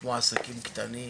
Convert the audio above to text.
כמו עסקים קטנים